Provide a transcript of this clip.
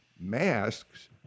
masks